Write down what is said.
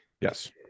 yes